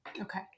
Okay